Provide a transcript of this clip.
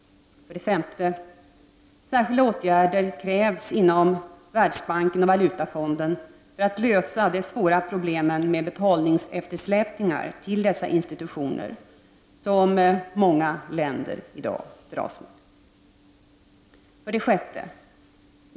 5. Särskilda åtgärder krävs inom Världsbanken och Valutafonden för att lösa det svåra problem som betalningseftersläpningar till dessa institutioner utgör för många länder i dag. 6.